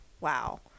wow